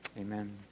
Amen